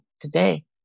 today